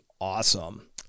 awesome